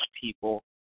people